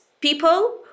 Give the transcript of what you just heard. people